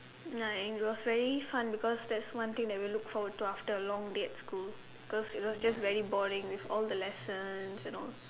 like it was very fun because there's one thing that we look forward to after a long day at school cause you know it's just very boring with all the lessons and all